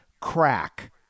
crack